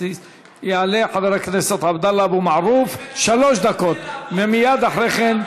אנחנו מדברים על עובדי ייצור שלא נמצאים אולי בתקופה מסוימת כבליינים,